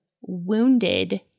wounded